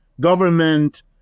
government